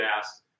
asked